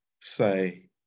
say